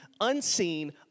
unseen